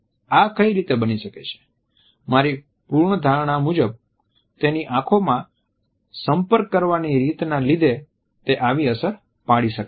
આ કઈ રીતે બની શકે છે મારી પૂર્વધારણા મુજબ તેની આંખનો સંપર્ક કરવાની રીત ના લીધે તે આવી અસર પાડી શકે છે